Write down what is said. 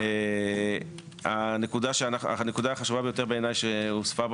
הנקודה החשובה ביותר בעיניי שהוספה,